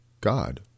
God